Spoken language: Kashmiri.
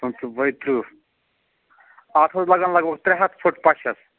پٕنٛژٕہ باے ترٕٛہ اَتھ حظ لگَن لگ بَگ ترٛےٚ ہَتھ فُٹہٕ پَشَس